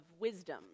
wisdom